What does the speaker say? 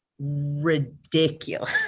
ridiculous